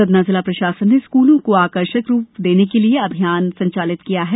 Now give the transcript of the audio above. सतना जिला प्रशासन ने स्कूलों को आकर्षक रूप देने के लिए अभियान संचालित किया है